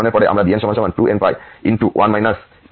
যদি আমরা এটিকে অন্য দিকে নিয়ে যাই এবং আমরা bn এর জন্য সহজ করতে পারি